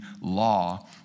law